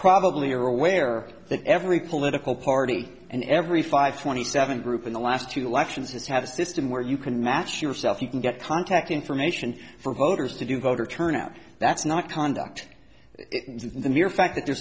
probably are aware that every political party and every five twenty seven group in the last two elections has had a system where you can match yourself you can get contact information for voters to do voter turnout that's not conduct the mere fact that